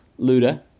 Luda